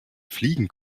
fliegen